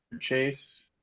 chase